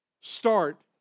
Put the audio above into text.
Start